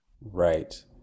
right